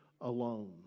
alone